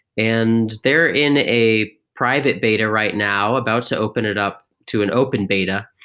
and they're in a private beta right now, about to open it up to an open beta,